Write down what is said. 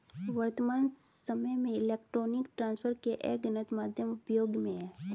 वर्त्तमान सामय में इलेक्ट्रॉनिक ट्रांसफर के अनगिनत माध्यम उपयोग में हैं